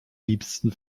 liebsten